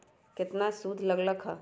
केतना सूद लग लक ह?